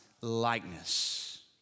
likeness